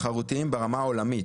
תחרותיים ברמה העולמית.